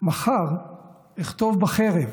מחר אכתוב בחרב,